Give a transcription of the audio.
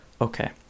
Okay